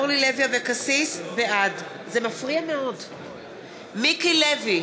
בעד מיקי לוי,